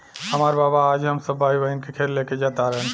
हामार बाबा आज हम सब भाई बहिन के खेत लेके जा तारन